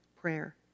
prayer